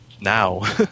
now